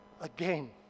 again